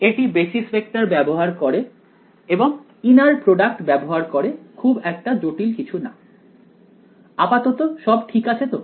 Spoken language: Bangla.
এটি বেসিস ভেক্টর ব্যবহার করে এবং ইনার প্রোডাক্ট ব্যবহার করে খুব একটা জটিল কিছু না আপাতত সব ঠিক আছে তো